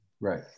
Right